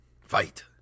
Fight